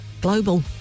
Global